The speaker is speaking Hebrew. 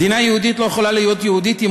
מדינה יהודית לא יכולה להיות יהודית אם